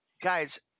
guys